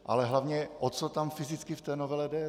Ale hlavně o co tam fyzicky v té novele jde?